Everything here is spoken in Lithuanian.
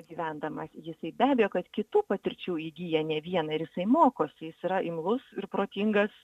gyvendamas jisai be abejo kad kitų patirčių įgyja ne vieną ir jisai mokosi jis yra imlus ir protingas